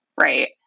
Right